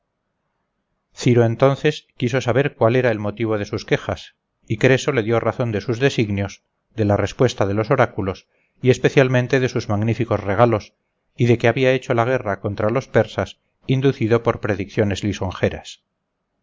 ciro entonces quiso saber cuál era el motivo de sus quejas y creso le dio razón de sus designios de la respuesta de los oráculos y especialmente de sus magníficos regalos y de que había hecho la guerra contra los persas inducido por predicciones